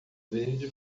verde